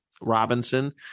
Robinson